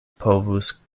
povus